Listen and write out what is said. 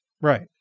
Right